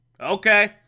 Okay